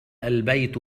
البيت